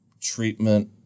treatment